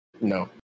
No